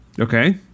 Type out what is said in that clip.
Okay